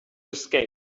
escape